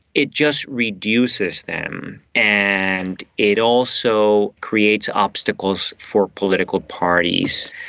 it just reduces them. and it also creates obstacles for political parties.